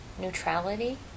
neutrality